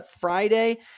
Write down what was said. Friday